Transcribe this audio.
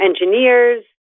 engineers